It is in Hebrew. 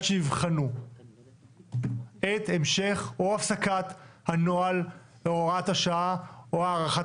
שיבחנו את המשך או הפסקת הנוהל או הוראת השעה או הארכת